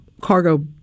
cargo